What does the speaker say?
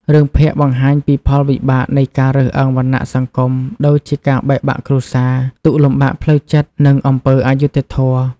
រឿងភាគបង្ហាញពីផលវិបាកនៃការរើសអើងវណ្ណៈសង្គម ដូចជាការបែកបាក់គ្រួសារ ទុក្ខលំបាកផ្លូវចិត្ត និងអំពើអយុត្តិធម៌។